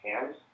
hands